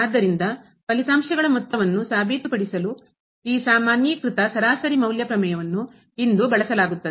ಆದ್ದರಿಂದ ಫಲಿತಾಂಶಗಳ ಮೊತ್ತವನ್ನು ಸಾಬೀತುಪಡಿಸಲು ಈ ಸಾಮಾನ್ಯೀಕೃತ ಸರಾಸರಿ ಮೌಲ್ಯ ಪ್ರಮೇಯವನ್ನು ಇಂದು ಬಳಸಲಾಗುತ್ತದೆ